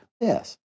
Yes